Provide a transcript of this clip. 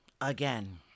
again